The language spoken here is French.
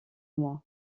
moi